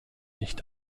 nicht